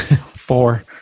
Four